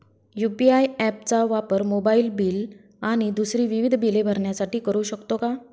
UPI app चा वापर mobile bill आणि दुसरी विविध बिले भरण्यासाठी करू शकतो का?